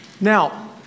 Now